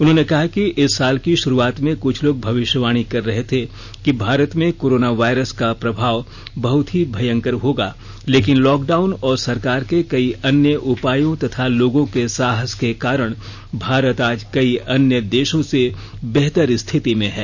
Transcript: उन्होंने कहा कि इस साल की शुरूआत में कुछ लोग भविष्यवाणी कर रहे थे कि भारत में कोरोना वायरस का प्रभाव बहत ही भयंकर होगा लेकिन लॉकडाउन और सरकार के कई अन्य उपायों तथा लोगों के साहस के कारण भारत आज कई अन्य देशों से बेहतर स्थिति में है